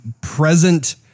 present